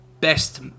best